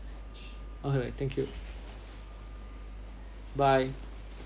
alright thank you bye